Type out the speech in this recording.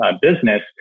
business